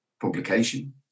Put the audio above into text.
publication